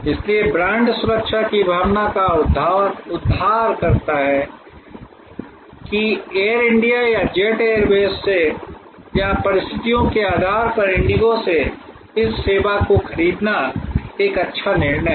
इसलिए ब्रांड सुरक्षा की भावना का उद्धार करता है कि एयर इंडिया या जेट एयरवेज से या परिस्थितियों के आधार पर इंडिगो से इस सेवा को खरीदना एक अच्छा निर्णय है